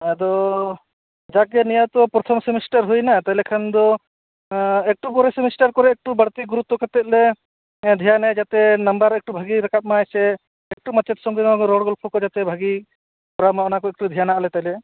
ᱟᱫᱚ ᱡᱟᱜ ᱜᱮ ᱱᱤᱭᱟᱹ ᱯᱚᱨᱛᱷᱚᱢ ᱥᱮᱢᱤᱥᱴᱟᱨ ᱦᱩᱭᱮᱱᱟ ᱛᱟᱦᱚᱞᱮ ᱠᱷᱟᱱ ᱫᱚ ᱮᱠᱴᱩ ᱯᱚᱨᱮᱨ ᱥᱮᱢᱤᱥᱴᱟᱨ ᱠᱚᱨᱮ ᱮᱠᱴᱩ ᱵᱟᱲᱛᱤ ᱜᱩᱨᱩᱛᱚ ᱠᱟᱛᱮᱫ ᱞᱮ ᱫᱷᱮᱭᱟᱱᱟᱭᱟ ᱡᱟᱛᱮ ᱱᱟᱢᱵᱟᱨ ᱮᱠᱴᱩ ᱵᱷᱟᱜᱮ ᱨᱟᱠᱟᱵ ᱢᱟᱭ ᱥᱮ ᱮᱠᱴᱩ ᱢᱟᱪᱮᱫ ᱥᱚᱜᱮ ᱦᱚᱸ ᱨᱚᱲ ᱜᱚᱞᱯᱚ ᱠᱚᱨᱮ ᱵᱷᱟᱜᱮ ᱠᱚᱨᱟᱣ ᱢᱟ ᱚᱱᱟ ᱮᱠᱴᱩ ᱫᱷᱮᱭᱟᱱᱟᱜᱼᱟ ᱛᱟᱦᱚᱞᱮ